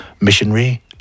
missionary